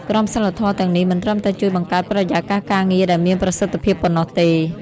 ក្រមសីលធម៌ទាំងនេះមិនត្រឹមតែជួយបង្កើតបរិយាកាសការងារដែលមានប្រសិទ្ធភាពប៉ុណ្ណោះទេ។